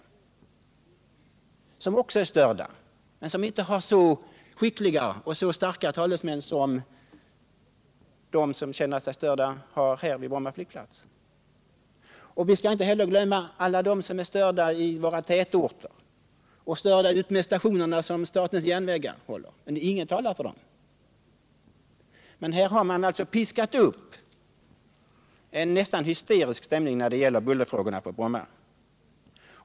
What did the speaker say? De är också störda, men de har inte så skickliga och starka talesmän som de har som känner sig störda vid Bromma flygplats. Vi skall inte heller glömma bort alla dem som är störda i våra tätorter och vid stationerna utmed statens järnvägar. Ingen talar för dem. Men när det gäller Bromma har man piskat upp en nästan hysterisk stämning i bullerfrågan.